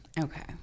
Okay